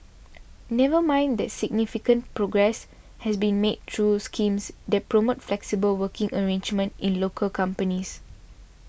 never mind that significant progress has been made through schemes that promote flexible working arrangements in local companies